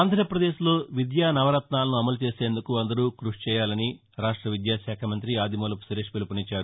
ఆంధ్రప్రదేశ్లో విద్యా నవరత్నాలను అమలు చేసేందుకు అందరూ క్బషి చేయాలని రాష్ట విద్యాశాఖ మంత్రి ఆదిమూలపు సురేష్ పిలుపునిచ్చారు